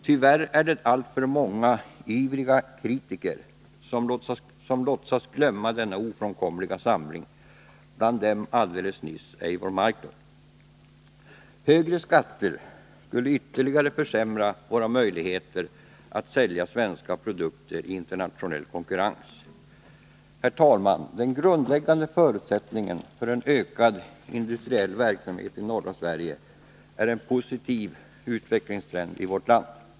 Tyvärr är det alltför många ivriga kritiker som låtsas glömma denna ofrånkomliga sanning, bland dem här alldeles nyss Eivor Marklund. Högre skatter skulle ytterligare försämra våra möjligheter att sälja svenska produkter i internationell konkurrens. Herr talman! Den grundläggande förutsättningen för en ökad industriell verksamhet i norra Sverige är en positiv utvecklingstrend i vårt land.